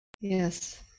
yes